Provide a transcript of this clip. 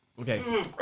Okay